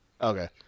Okay